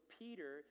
peter